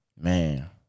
Man